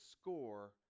score